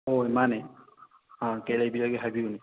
ꯍꯣꯏ ꯃꯥꯅꯦ ꯑꯥ ꯀꯩꯂꯩꯕꯤꯔꯒꯦ ꯍꯥꯏꯕꯤꯌꯨꯅꯦ